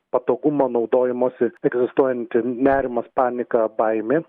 patogumo naudojimosi egzistuojanti nerimas panika baimė